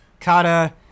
Kata